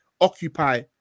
occupy